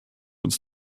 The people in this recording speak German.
uns